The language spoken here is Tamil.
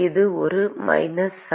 இது ஒரு மைனஸ் சைன்